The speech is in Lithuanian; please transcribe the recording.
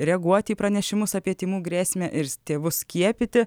reaguoti į pranešimus apie tymų grėsmę ir tėvus skiepyti